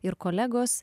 ir kolegos